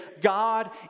God